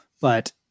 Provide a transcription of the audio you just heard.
but-